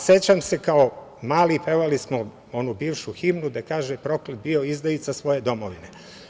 Sećam se kao mali pevali smo onu bivšu himnu gde kaže – proklet bio izdajica svoje domovine.